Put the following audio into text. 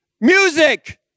music